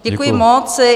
Děkuji moc.